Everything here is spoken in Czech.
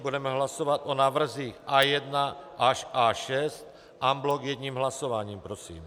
Budeme hlasovat o návrzích A1 až A6 en bloc jedním hlasováním prosím.